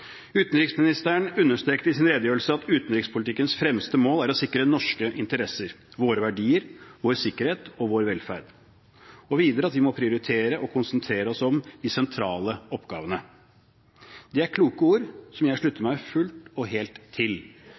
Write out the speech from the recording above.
Utenriksministeren understreket i sin redegjørelse at utenrikspolitikkens fremste mål er å sikre norske interesser – våre verdier, vår sikkerhet og vår velferd, og videre at vi må prioritere å konsentrere oss om de sentrale oppgavene. Det er kloke ord som jeg slutter meg fullt og helt til